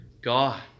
God